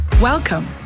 Welcome